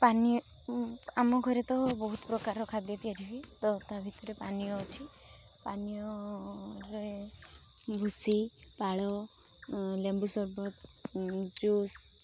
ପାନୀୟ ଆମ ଘରେ ତ ବହୁତ ପ୍ରକାରର ଖାଦ୍ୟ ତିଆରି ହୁଏ ତ ତା ଭିତରେ ପାନୀୟ ଅଛି ପାନୀୟରେ ଭୁସି ପାଳ ଲେମ୍ବୁ ସର୍ବତ ଜୁସ୍